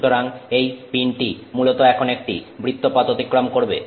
সুতরাং এই পিনটি মূলত এখন একটি বৃত্তপথ অতিক্রম করবে